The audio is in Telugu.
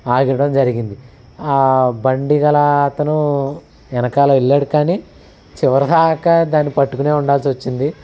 ఆగడం జరిగింది ఆ బండి గల అతను ఎనకాల వెళ్ళాడు కానీ చివరికి దాకా దాన్ని పట్టుకునే ఉండాల్సి వచ్చింది